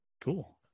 cool